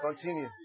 Continue